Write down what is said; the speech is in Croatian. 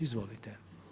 Izvolite.